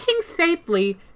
safely